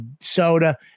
Soda